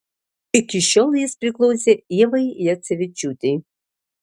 iki šiol jis priklausė ievai jacevičiūtei